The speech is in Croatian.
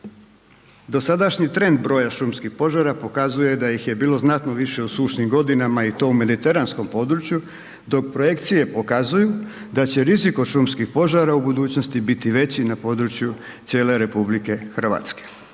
Dosadašnji trend broja šumskih požara pokazuje da ih je bilo znatno više u sušnim godinama, i to u mediteranskom području, dok projekcije pokazuju da će rizik od šumskih požara u budućnosti biti veći na području cijele Republike Hrvatske.